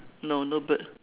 no no bird